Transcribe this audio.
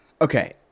Okay